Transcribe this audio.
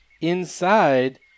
inside